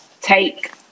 take